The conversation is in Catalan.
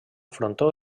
frontó